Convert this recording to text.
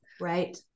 right